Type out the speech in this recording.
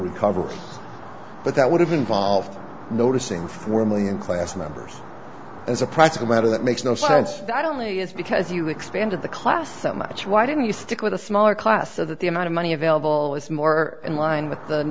recovery but that would have involved noticing formally in class members as a practical matter that makes no sense that only is because you expanded the class so much why didn't you stick with a smaller class of that the amount of money available is more in line with the